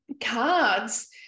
cards